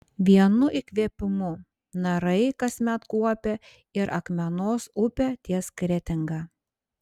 vienu įkvėpimu narai kasmet kuopia ir akmenos upę ties kretinga